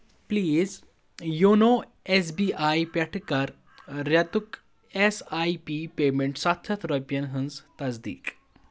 please YONO S B I پٮ۪ٹھ کَر ریٚتُک ایس آیۍ پی پیمنٹ سَتھ ہَتھ رۄپیَن ہنٛز تصدیٖق